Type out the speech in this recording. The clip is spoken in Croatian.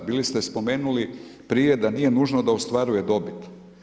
Bili ste spomenuli prije da nije nužno da ostvaruje dobit.